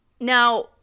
now